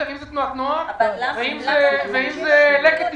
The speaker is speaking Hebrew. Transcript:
אם זה תנועות נוער, אם זה לקט ישראל.